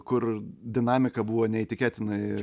kur dinamika buvo neįtikėtinai